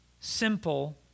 simple